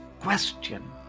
question